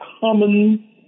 common